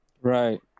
Right